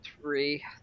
three